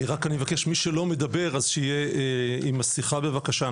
רק אני מבקש מי שלא מדבר אז שיהיה עם מסכה בבקשה,